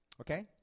Okay